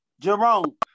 Jerome